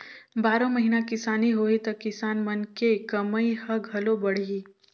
बारो महिना किसानी होही त किसान मन के कमई ह घलो बड़ही